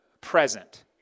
present